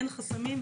אין חסמים,